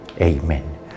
Amen